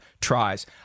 tries